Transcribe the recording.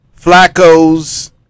Flacco's